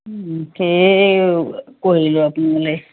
সেয়ে কৰিলোঁ আপোনালৈ